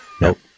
nope